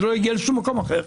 וזה לא הגיע משום מקום אחר.